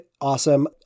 awesome